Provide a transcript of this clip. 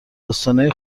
داستانای